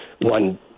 one